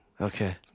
Okay